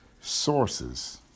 sources